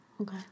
Okay